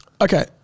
okay